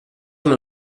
amb